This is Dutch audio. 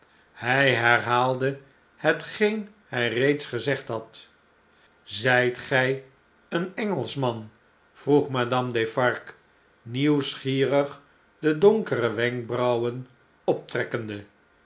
hij herhaalde hetgeen hij reeds gezegdhad zijt gij een engelschman vroeg madame defarge nieuwsgierig de donkere wenkbrauwen optrekkende